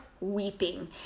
weeping